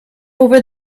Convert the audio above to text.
over